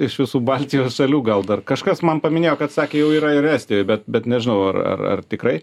iš visų baltijos šalių gal dar kažkas man paminėjo kad sakė jau yra ir estijoj bet bet nežinau ar ar ar tikrai